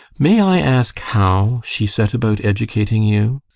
may i ask how she set about educating you?